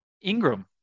Ingram